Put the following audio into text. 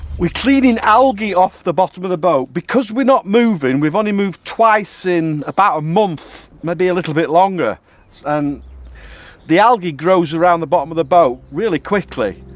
we're cleaning algae off the bottom of the boat, because we're not moving. we've only moved twice in about a month maybe a little bit longer and the algae grows around the bottom of the boat really quickly,